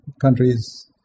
countries